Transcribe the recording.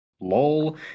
lol